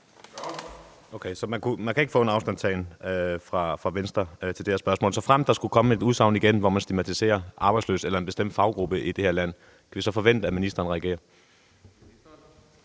Okay, så man kan ikke få en afstandtagen fra Venstre til det her. Såfremt der igen skulle komme et udsagn, hvor man stigmatiserer arbejdsløse eller en bestemt faggruppe i det her land, kan vi så forvente, at ministeren reagerer?